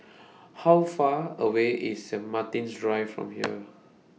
How Far away IS Saint Martin's Drive from here